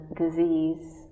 disease